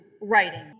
writing